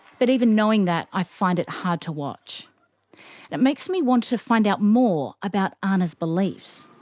but even knowing that, i find it hard to watch. and it makes me want to to find out more about ana's beliefs.